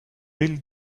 really